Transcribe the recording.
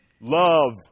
love